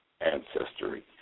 ancestry